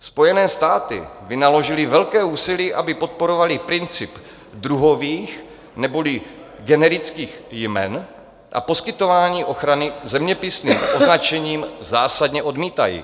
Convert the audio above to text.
Spojené státy vynaložily velké úsilí, aby podporovaly princip druhových neboli generických jmen a poskytování ochrany zeměpisným označením zásadně odmítají.